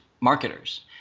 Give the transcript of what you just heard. marketers